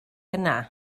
yna